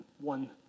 one